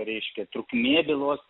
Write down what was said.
reiškia trukmė bylos